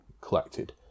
collected